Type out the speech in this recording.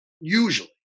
usually